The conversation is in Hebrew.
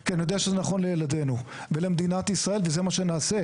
כי אני יודע שזה נכון לילדנו ולמדינת ישראל וזה מה שנעשה,